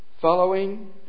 following